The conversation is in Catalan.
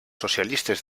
socialistes